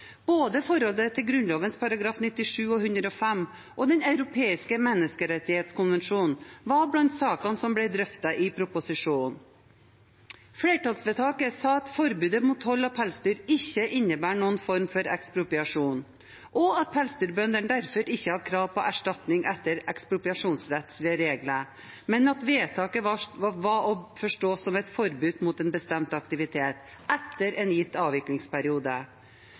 Både forholdet til Grunnloven §§ 97 og 105 og til Den europeiske menneskerettighetskonvensjonen var blant sakene som ble drøftet i proposisjonen. Flertallsvedtaket sa at forbudet mot hold av pelsdyr ikke innebærer noen form for ekspropriasjon, og at pelsdyrbøndene derfor ikke har krav på erstatning etter ekspropriasjonsrettslige regler, men at vedtaket var å forstå som et forbud mot en bestemt aktivitet, etter en gitt avviklingsperiode.